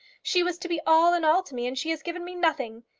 she was to be all in all to me and she has given me nothing!